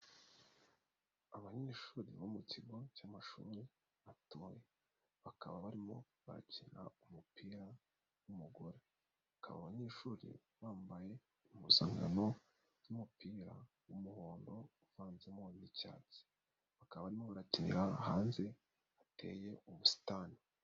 Abanyeshuri bo mu kigo cy'amashuri matoya, bakaba barimo bakina umupira n'umugore. Bakaba abanyeshuri bambaye impuzankano n'umupira w'umuhondo uvanzemo n'icyatsi. Bakaba barimo barakinira hanze hateye ubusitani.